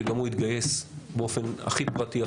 שגם הוא התגייס באופן הכי פרטי,